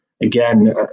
again